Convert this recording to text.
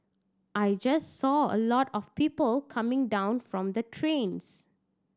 I just saw a lot of people coming down from the trains